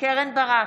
קרן ברק,